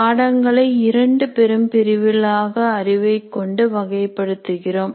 பாடங்களை இரண்டு பெரும் பிரிவுகளாக அறிவைக்கொண்டு வகை படுத்துகிறோம்